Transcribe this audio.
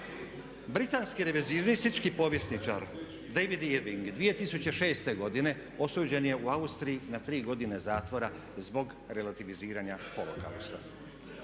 britanski … povjesničar David Irving 2006.godine osuđen je u Austriji na 3 godine zatvora zbog relativiziranja holokausta.